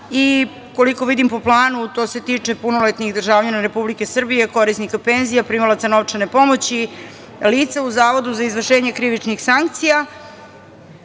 Koliko vidim, po planu, to se tiče punoletnih državljana Republike Srbije, korisnika penzija, primalaca novčane pomoći, lica u Zavodu za izvršenje krivičnih sankcija.